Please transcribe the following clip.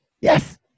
Yes